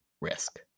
Risk